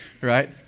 right